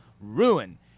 ruin